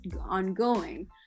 ongoing